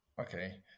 Okay